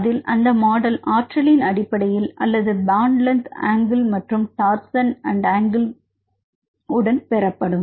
அதில் அந்த மாடல் ஆற்றலின் அடிப்படையில் அல்லது பான்ட் லென்த் அங்கிள் மற்றும் torsion and angle Bond lenght angle and torsion angleஉடன் பெறப்படும்